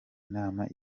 nama